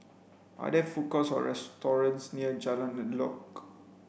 are there food courts or restaurants near Jalan Elok